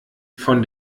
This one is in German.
von